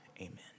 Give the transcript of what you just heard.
Amen